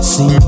See